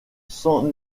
cents